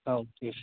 ହଉ ଠିକ୍ ଅଛି